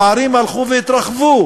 הפערים הלכו והתרחבו.